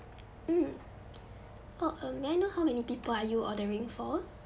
mm oh uh may I know how many people are you ordering for